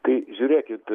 tai žiūrėkit